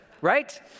right